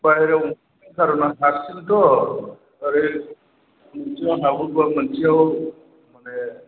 बायह्राआव ओंखारनायनि कारना हारसिङैथ' ओरै मोनसेआव हाबोब्ला मोनसेआव माने